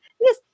Yes